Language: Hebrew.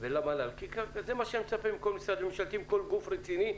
כי זה מה שאני מצפה מכל גוף רציני.